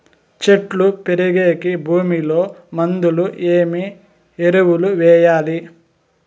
చెట్టు పెరిగేకి భూమిలో ముందుగా ఏమి ఎరువులు వేయాలి?